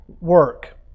work